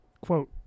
quote